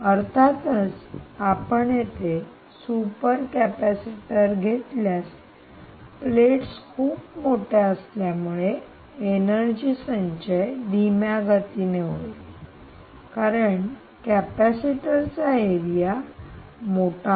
अर्थातच आपण येथे सुपर कॅपेसिटर घेतल्यास प्लेट्स खूप मोठ्या असल्यामुळे एनर्जी संचय धीम्या गतीने होईल कारण कॅपेसिटर चा एरिया मोठा आहे